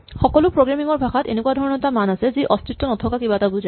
সকলো প্ৰগ্ৰেমিং ৰ ভাষাত এনেকুৱা ধণৰ এটা মান আছে যি অস্তিত্ব নথকা কিবা এটা বুজায়